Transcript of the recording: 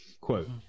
quote